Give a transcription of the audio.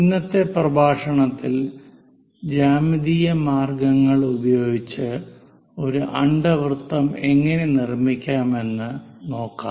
ഇന്നത്തെ പ്രഭാഷണത്തിൽ ജ്യാമിതീയ മാർഗങ്ങൾ ഉപയോഗിച്ച് ഒരു അണ്ഡവൃത്തം എങ്ങനെ നിർമ്മിക്കാമെന്ന് നോക്കാം